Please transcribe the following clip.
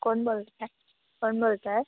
कोण बोलत आहे कोण बोलताय